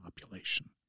population